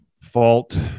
fault